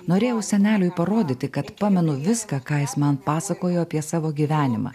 norėjau seneliui parodyti kad pamenu viską ką jis man pasakojo apie savo gyvenimą